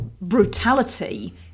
brutality